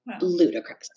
ludicrous